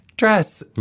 dress